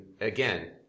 again